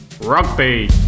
rugby